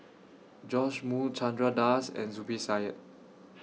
Joash Moo Chandra Das and Zubir Said